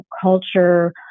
culture